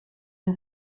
ein